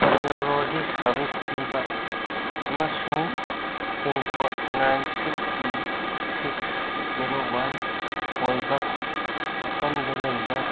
cardiology service ꯄꯤꯕ ꯑꯃꯁꯨꯡ pin code nine six two six zero one ꯑꯣꯏꯕ ꯃꯐꯝꯗ ꯂꯩꯕ